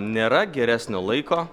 nėra geresnio laiko